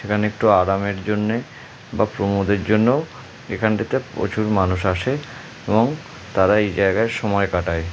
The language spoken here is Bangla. সেখানে একটু আরামের জন্যে বা প্রমোদের জন্যও এখানটিতে প্রচুর মানুষ আসে এবং তারা এই জায়গায় সময় কাটায়